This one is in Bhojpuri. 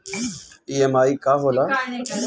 ई.एम.आई का होला?